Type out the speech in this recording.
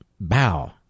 bow